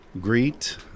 greet